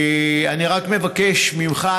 אני רק מבקש ממך,